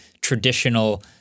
traditional